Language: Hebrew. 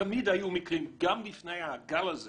תמיד היו מקרים גם לפני הגל הזה